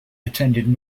attended